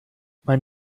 mein